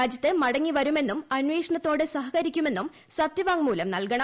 രാജ്യത്ത് മടങ്ങിവരുമെന്നും അന്വേഷണത്തോട് സഹകരിക്കുമെന്നും സത്യവാങ്മൂലം നൽകണം